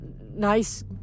Nice